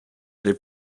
les